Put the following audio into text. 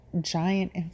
giant